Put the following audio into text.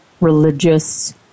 religious